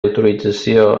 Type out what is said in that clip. autorització